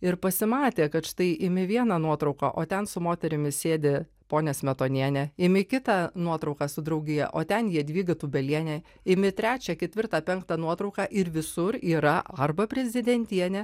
ir pasimatė kad štai imi vieną nuotrauką o ten su moterimi sėdi ponia smetonienė imi kitą nuotrauką su draugija o ten jadvyga tūbelienė imi trečią ketvirtą penktą nuotrauką ir visur yra arba prezidentienė